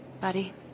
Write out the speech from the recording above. buddy